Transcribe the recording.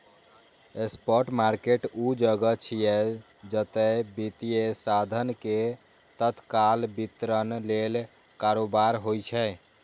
spot market ऊ जगह छियै, जतय वित्तीय साधन के तत्काल वितरण लेल कारोबार होइ छै